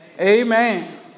Amen